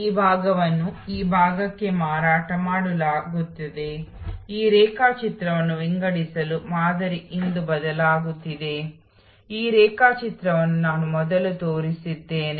ಈ ಮತ್ತು ಮುಂದಿನ ಅಧಿವೇಶನದಲ್ಲಿ ಪ್ರಕ್ರಿಯೆ ಮತ್ತು ಕಾರ್ಯಾಚರಣೆಗಳ ವಿಷಯದಲ್ಲಿ ನಾವು ಹೊಸ ಸೇವಾ ರಚನೆಯನ್ನು ಹೆಚ್ಚು ನೋಡುತ್ತೇವೆ